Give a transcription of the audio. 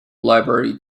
library